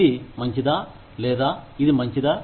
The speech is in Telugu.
ఇది మంచిదా లేదా ఇది మంచిదా